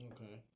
Okay